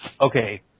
Okay